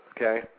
okay